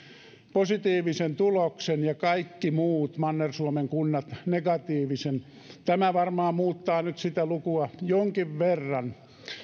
positiivisen tuloksen ja kaikki muut manner suomen kunnat negatiivisen tämä varmaan muuttaa nyt sitä lukua jonkin verran